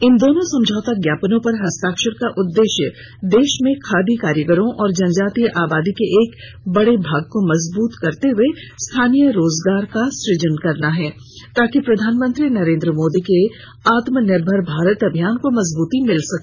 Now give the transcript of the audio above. इन दोनों समझौता ज्ञापनों पर हस्ताक्षर का उदेश्य देश में खादी कारीगरों और जनजातीय आबादी के एक बड़े भाग को मजबूत करते हए स्थानीय रोजगारों का सुजन करना है ताकि प्रधानमंत्री नरेंद्र मोदी के आत्मनिर्भर भारत अभियान को मजबूती मिल सके